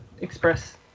express